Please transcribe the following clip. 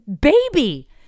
baby